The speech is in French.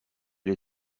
les